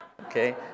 Okay